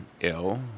ill